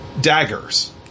daggers